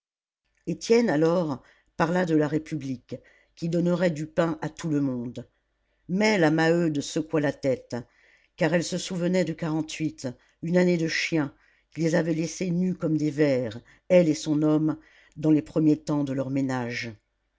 étienne alors parla de la république qui donnerait du pain à tout le monde mais la maheude secoua la tête car elle se souvenait de une année de chien qui les avait laissés nus comme des vers elle et son homme dans les premiers temps de leur ménage